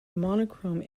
monochrome